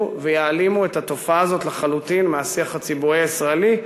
ויעלימו את התופעה הזאת לחלוטין מהשיח הציבורי הישראלי,